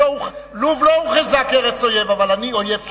לוב לא הוכרזה כארץ אויב, אבל אני אויב שלה.